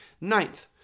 Ninth